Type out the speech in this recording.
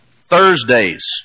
Thursdays